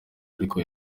ariko